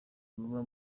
buba